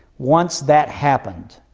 once that happened,